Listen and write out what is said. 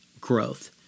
Growth